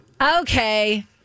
Okay